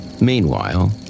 Meanwhile